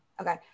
Okay